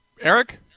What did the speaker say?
Eric